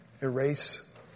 erase